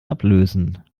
ablösen